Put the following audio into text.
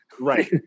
Right